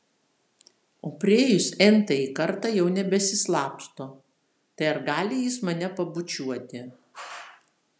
o priėjus n tąjį kartą jau nebesislapsto tai ar gali jis mane pabučiuoti